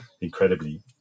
incredibly